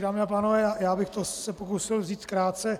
Dámy a pánové, já bych se to pokusil vzít krátce.